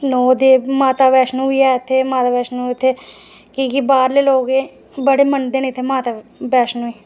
नौ माता वैष्णो बी ऐ इत्थै माता वैष्णो इत्थै की के बाह्रले लोक एह् बड़े मनदे न इत्थै माता वैष्णो गी